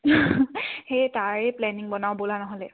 সেই তাৰেই প্লেনিং বনাওঁ ব'লা নহ'লে